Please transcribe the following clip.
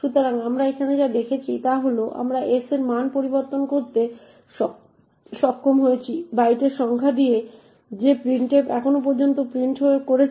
সুতরাং আমরা এখানে যা দেখেছি তা হল আমরা s এর মান পরিবর্তন করতে সক্ষম হয়েছি বাইটের সংখ্যা দিয়ে যে printf এখন পর্যন্ত প্রিন্ট করেছে